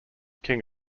king